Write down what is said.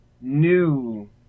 new